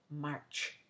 March